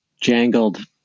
jangled